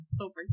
over